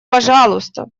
пожалуйста